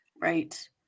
right